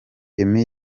emmy